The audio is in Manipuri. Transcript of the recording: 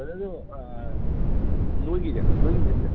ꯕ꯭ꯔꯗꯔ ꯑꯗꯣ ꯅꯣꯏꯒꯤꯁꯦ ꯅꯣꯏꯒꯤ ꯖꯤꯝꯁꯦ